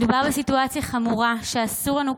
מדובר בסיטואציה חמורה שאסור לנו,